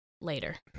later